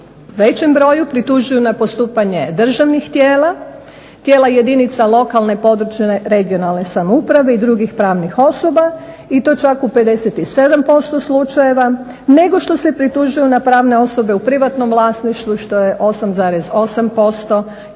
većem broju pritužuju na postupanje državnih tijela, tijela jedinica lokalne, područne (regionalne) samouprave i drugih pravnih osoba i to čak u 57% slučajeva nego što se pritužuju na pravne osobe u privatnom vlasništvu što je 8,8%